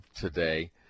today